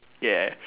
yeah